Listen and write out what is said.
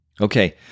Okay